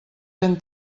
ben